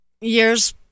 years